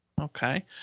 okay